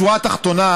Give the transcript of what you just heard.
בשורה התחתונה,